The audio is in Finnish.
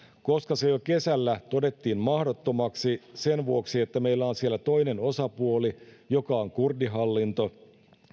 koska se jo kesällä todettiin mahdottomaksi sen vuoksi että meillä on siellä toinen osapuoli joka on kurdihallinto